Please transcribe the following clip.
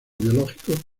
biológicos